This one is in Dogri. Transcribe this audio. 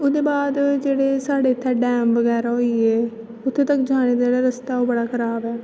ओहदे बाद जेहडे़ साढ़े इत्थै डैम बगैरा होई गे उत्थै तक जाने दा जेहड़ा रस्ता ओह् बड़ा खराव ऐ